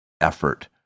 effort